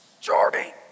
Jordy